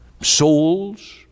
souls